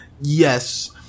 yes